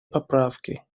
поправки